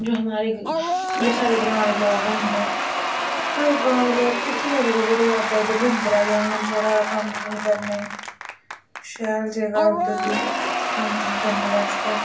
जो हमारे घर जो साढ़ै ग्रांऽ दे लोग होंदे साढ़े गांव दे लोक कुत्थें जाई सकदे बड़ी हद्द ऐ ते उधमपुर आई जाङन थोह्ड़ा हारा कम्म कुम्म करने गी शैल जेह्का उद्धर दी कम्म कुम्म करने वास्तै